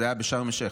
זה היה בשארם א-שייח',